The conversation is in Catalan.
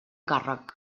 càrrec